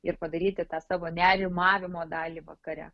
ir padaryti tą savo nerimavimo dalį vakare